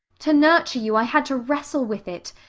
to nurture you i had to wrestle with it.